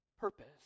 purpose